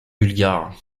bulgare